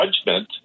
judgment